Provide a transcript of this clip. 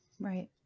Right